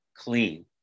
Clean